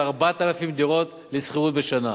על 4,000 דירות לשכירות בשנה.